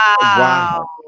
Wow